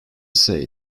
say